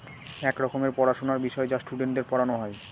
এক রকমের পড়াশোনার বিষয় যা স্টুডেন্টদের পড়ানো হয়